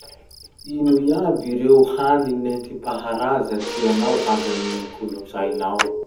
Ino iaby ireo karaza sakafo netim-paharaza la tianao avy amin'ny fombafombanareo?